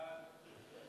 סעיפים 1